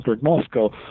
Moscow